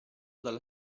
dalla